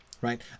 right